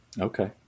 Okay